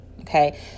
okay